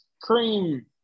cream